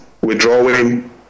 withdrawing